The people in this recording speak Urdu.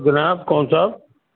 جناب کون صاحب